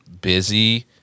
busy